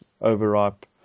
overripe